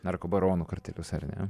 ar baronų kartelius ar ne